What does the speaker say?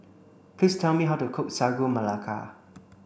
please tell me how to cook Sagu Melaka